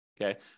okay